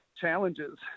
challenges